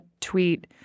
tweet